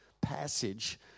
passage